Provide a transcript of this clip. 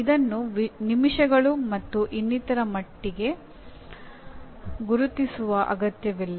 ಇದನ್ನು ನಿಮಿಷಗಳು ಮತ್ತು ಇನ್ನಿತರ ಮಟ್ಟಿಗೆ ಗುರುತಿಸುವ ಅಗತ್ಯವಿಲ್ಲ